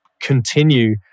continue